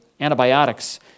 antibiotics